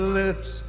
lips